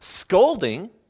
scolding